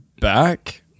back